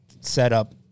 setup